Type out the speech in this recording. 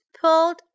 pulled